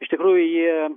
iš tikrųjų jie